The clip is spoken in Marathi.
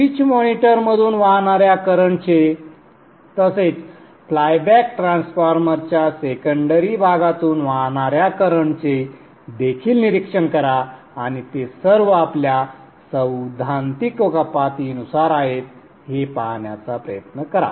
स्विच मॉनिटरमधून वाहणाऱ्या करंटचे तसेच फ्लायबॅक ट्रान्सफॉर्मरच्या सेकंडरी भागातून वाहणाऱ्या करंटचे देखील निरीक्षण करा आणि ते सर्व आपल्या सैद्धांतिक कपातीनुसार आहेत हे पाहण्याचा प्रयत्न करा